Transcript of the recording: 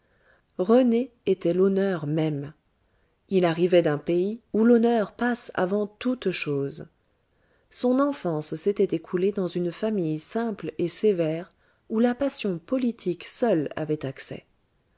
rené était l'honneur même il arrivait dun pays où l'honheur passe avant toute chose son enfance s'était écoulée dans une famille simple et sévère où la passion politique seule avait accès